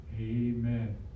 Amen